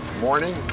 morning